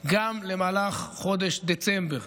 גם למהלך חודש דצמבר.